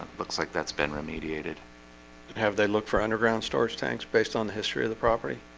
looks like that's been remediated have they looked for underground storage tanks based on the history of the property?